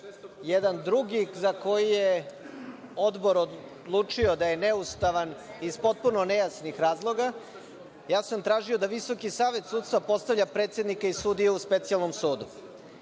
jedan drugi, za koji je Odbor odlučio da je neustavan iz potpuno nejasnih razloga. Tražio sam da Visoki savet sudstva postavlja predsednika i sudiju u Specijalnom sudu.